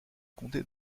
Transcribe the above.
comté